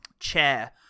Chair